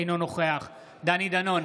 אינו נוכח דני דנון,